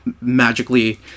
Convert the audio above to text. magically